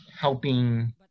helping